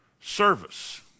service